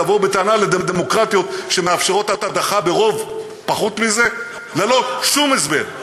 תבואו בטענה לדמוקרטיות שמאפשרות הדחה ברוב פחות מזה ללא שום הסבר.